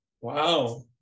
Wow